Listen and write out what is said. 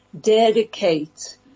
dedicate